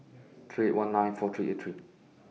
three eight one nine four three eight three